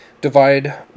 Divide